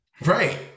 Right